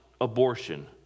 abortion